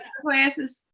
Classes